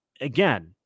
again